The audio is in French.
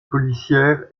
policière